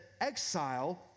exile